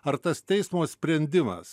ar tas teismo sprendimas